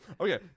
Okay